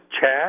Chad